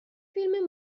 فیلم